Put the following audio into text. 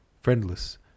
friendless